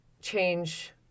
change